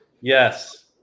Yes